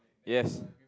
yes